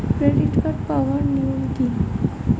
Credit card পাওয়ার নিয়ম কী?